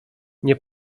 nie